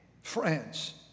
Friends